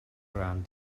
ran